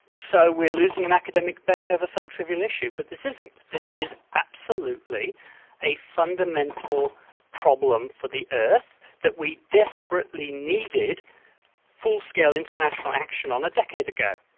so we're losing an academic debate over some trivial issue. but this isn't. this is absolutely a fundamental problem for the earth that we desperately needed full-scale international action on a decade ago.